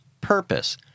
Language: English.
purpose